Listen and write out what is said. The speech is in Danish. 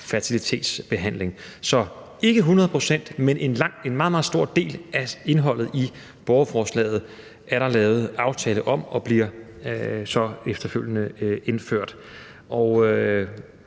fertilitetsbehandling. Så ikke 100 pct. af, men en meget, meget stor del af indholdet i borgerforslaget er der lavet en aftale om, og det bliver så efterfølgende indført.